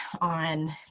on